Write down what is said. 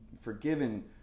forgiven